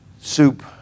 soup